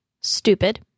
stupid